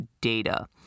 data